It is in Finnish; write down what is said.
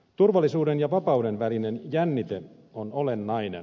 turvallisuuden ja vapauden välinen jännite on olennainen